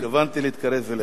התכוונתי להתקרב אליך.